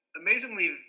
amazingly